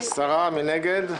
מי נגד?